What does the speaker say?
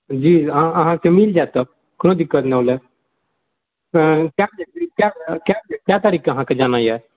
जी अहाँकेँ मिल जाएत तऽ कोइ दिक्कत नहि होलै कए कए तारीकके अहाँके जाना यऽ